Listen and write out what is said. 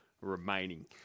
remaining